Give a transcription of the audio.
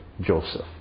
Joseph